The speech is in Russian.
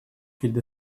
перед